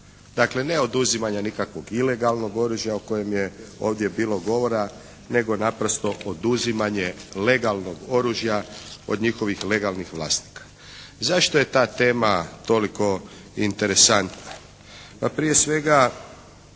Dakle, ne oduzimanje nikakvog ilegalnog oružja o kojem je ovdje bilo govora, nego naprosto oduzimanje legalnog oružja od njihovih legalnih vlasnika. Zašto je ta tema toliko interesantna?